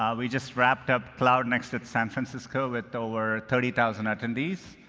um we just wrapped up cloud next in san francisco with over thirty thousand attendees,